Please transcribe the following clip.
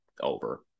over